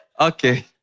okay